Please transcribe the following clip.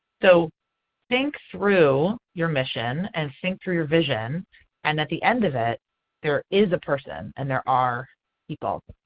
so think through your mission and think through your vision and at the end of it there is a person and there are people.